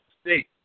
state